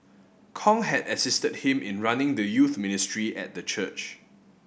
Kong had assisted him in running the youth ministry at the church